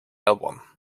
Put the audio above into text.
album